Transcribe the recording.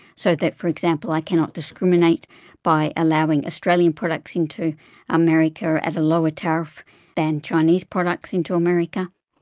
so that, for example, i cannot discriminate by allowing australian products into america at a lower tariff than chinese products into america.